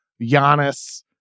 Giannis